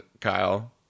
Kyle